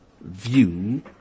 view